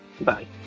bye